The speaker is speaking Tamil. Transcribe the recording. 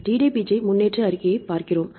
DDBJ முன்னேற்ற அறிக்கையை பார்க்கிறோம்